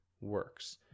works